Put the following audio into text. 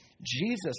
Jesus